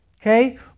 Okay